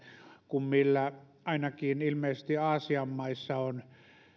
kuin missä ainakin ilmeisesti aasian maissa on tämän